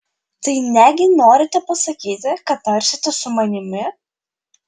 tai negi norite pasakyti kad tarsitės su manimi